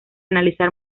analizar